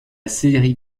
série